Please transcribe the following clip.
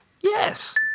Yes